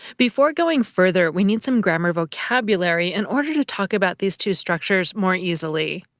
before going further, we need some grammar vocabulary in order to talk about these two structures more easily.